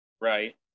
Right